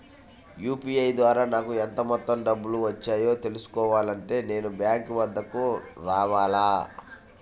UPI ద్వారా నాకు ఎంత మొత్తం డబ్బులు వచ్చాయో తెలుసుకోవాలి అంటే నేను బ్యాంక్ వద్దకు రావాలా?